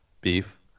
beef